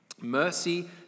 Mercy